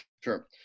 Sure